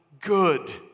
good